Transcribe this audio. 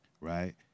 Right